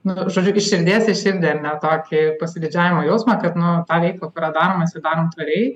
nu žodžiu iš širdies į širdį ar ne tokį pasididžiavimo jausmą kad nu tą veiklą kurią darom mes ją darom tvariai